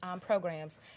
Programs